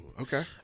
Okay